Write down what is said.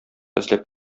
эзләп